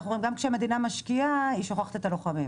אנחנו רואים שגם כשהמדינה משקיעה היא שוכחת את הלוחמים.